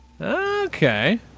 Okay